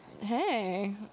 Hey